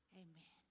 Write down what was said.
amen